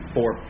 Four